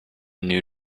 new